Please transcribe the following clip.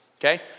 okay